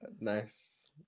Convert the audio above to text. Nice